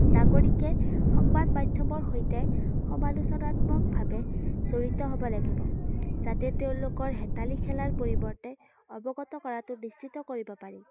নাগৰিকে সংবাদ মাধ্যমৰ সৈতে সমালোচনাত্মকভাৱে জড়িত হ'ব লাগিব যাতে তেওঁলোকৰ হেতালী খেলাৰ পৰিৱৰ্তে অৱগত কৰাটো নিশ্চিত কৰিব পাৰি